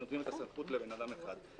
שנותנות את הסמכות לבן אדם אחד.